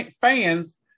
fans